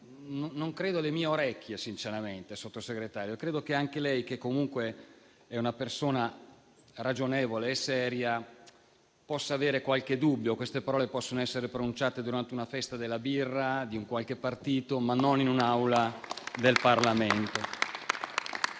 non credere alle mie orecchie, sinceramente, signor Sottosegretario. Credo che anche lei, che comunque è una persona ragionevole e seria, possa avere qualche dubbio. Certe parole possono essere pronunciate durante la festa della birra di qualche partito, ma non in un'Aula parlamentare.